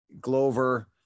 Glover